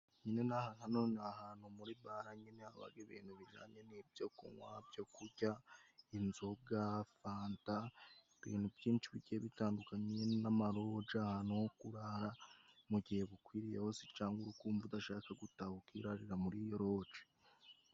Nyine hano ni ahantu muri bare nyine haba ibintu bijyanye n'ibyo byo kunywa byo kurya, inzoga fanta，ibintu byinshi bigiye bitandukanye n'amaroji ahantu ho kurara mu mugihe bukwiriyeho se cyangwa uri kumva udashaka gutaha ukirarira muri iyo roji.